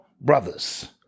brothers